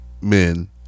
men